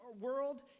world